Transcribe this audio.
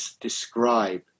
describe